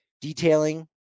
detailing